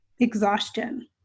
exhaustion